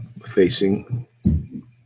facing